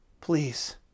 Please